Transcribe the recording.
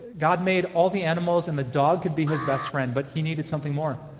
god made all the animals and the dog could be his best friend but he needed something more.